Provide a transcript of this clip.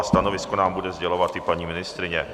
A stanovisko nám bude sdělovat i paní ministryně.